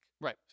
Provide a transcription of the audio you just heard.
right